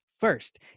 first